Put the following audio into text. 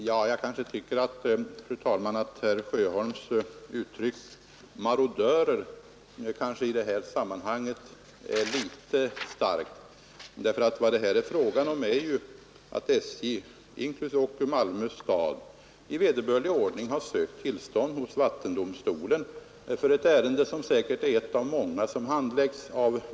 Fru talman! Jag tycker herr Sjöholms uttryck ”marodörer” är litet starkt i det här sammanhanget. SJ och Malmö stad har ju i vederbörlig ordning sökt tillstånd hos vattendomstolen i detta ärende.